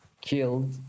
killed